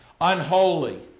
Unholy